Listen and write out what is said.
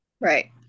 Right